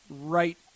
right